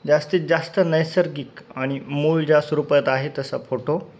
जास्तीत जास्त नैसर्गिक आणि मूळ ज्या स्वरूपात आहे तसा फोटो